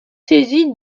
saisi